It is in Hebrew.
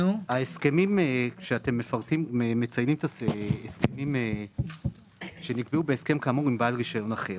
ההסכמים שאתם מציינים שנקבעו בהסכם כאמור עם בעל רישיון אחר,